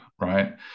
right